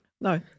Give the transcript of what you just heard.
No